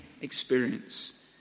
experience